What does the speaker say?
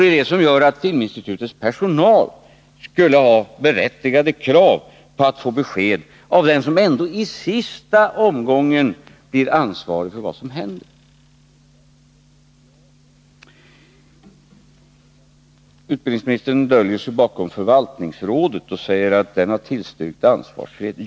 Det är detta som gör att Filminstitutets personal har berättigade krav på att få besked av den som ändå i sista omgången blir ansvarig för vad som händer. Utbildningsministern döljer sig bakom förvaltningsrådet och säger att detta har tillstyrkt ansvarsfrihet.